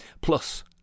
Plus